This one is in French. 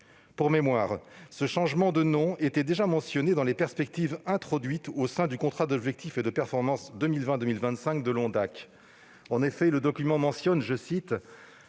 Pour mémoire, ce changement de nom était déjà mentionné dans les perspectives introduites au sein du contrat d'objectifs et de performance (COP) 2020-2025 de l'ONACVG. En effet, ce document mentionne :«